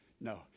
No